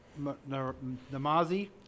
Namazi